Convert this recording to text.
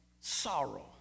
sorrow